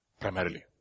Primarily